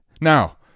now